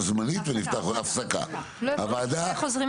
טוב.